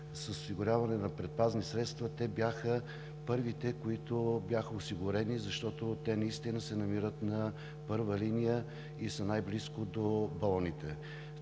осигуряване на предпазни средства, бяха първите, които бяха осигурени, защото те наистина се намират на първа линия и са най-близо до болните.